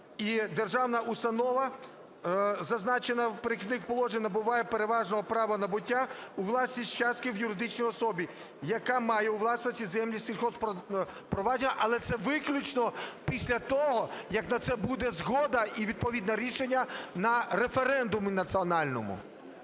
"Державна установа, зазначена в "Перехідних положеннях", набуває переважного права набуття у власність частки в юридичній особі, яка має у власності землі сільгосппризначення". Але це виключно після того, як на це буде згода і відповідне рішення на референдумі національному.